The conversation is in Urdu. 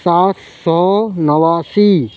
سات سو نواسی